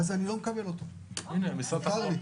אז אני לא מקבל את זה, מותר לי.